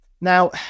Now